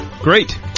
Great